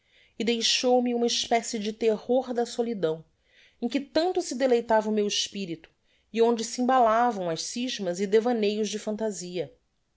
e deixou-me uma especie de terror da solidão em que tanto se deleitava o meu espirito e onde se embalavam as scismas e devaneios de fantasia